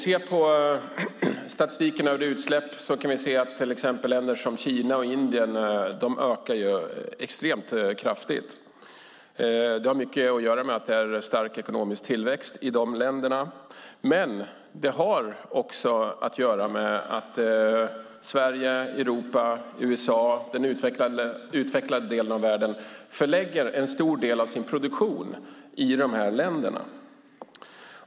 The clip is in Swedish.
I statistiken över utsläpp kan vi se att till exempel länder som Kina och Indien ökar sina utsläpp extremt kraftigt. Det har mycket att göra med att det är en stark ekonomisk tillväxt i de länderna. Men det har också att göra med att Sverige, Europa och USA, den utvecklade delen av världen, förlägger en stor del av sin produktion i de här länderna.